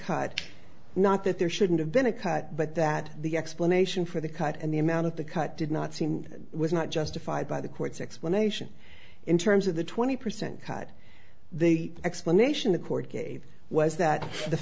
cut not that there shouldn't have been a cut but that the explanation for the cut and the amount of the cut did not seem was not justified by the court's explanation in terms of the twenty percent cut the explanation the court gave was that the